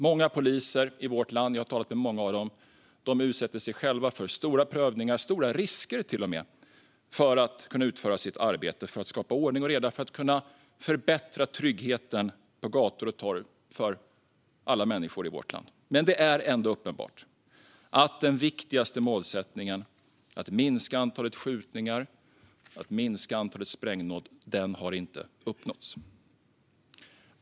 Många poliser i vårt land - jag har talat med många av dem - utsätter sig själva för stora prövningar och till och med stora risker för att kunna utföra sitt arbete, för att kunna skapa ordning och reda och för att kunna förbättra tryggheten på gator och torg för alla människor i vårt land. Men det är ändå uppenbart att den viktigaste målsättningen - att minska antalet skjutningar och antalet sprängdåd - inte har uppnåtts.